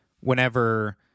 whenever